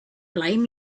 blame